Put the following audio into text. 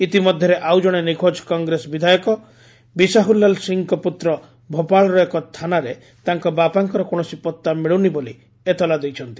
ଇତିମଧ୍ୟରେ ଆଉ ଜଣେ ନିଖୋଜ କଂଗ୍ରେସ ବିଧାୟକ ବିଶାହୁଲାଲ ସିଂହଙ୍କ ପୁତ୍ର ଭୋପାଳର ଏକ ଥାନାରେ ତାଙ୍କ ବାପାଙ୍କର କୌଣସି ପତ୍ତା ମିଳୁନି ବୋଲି ଏତଲା ଦେଇଛନ୍ତି